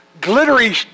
glittery